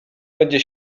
będzie